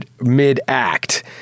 mid-act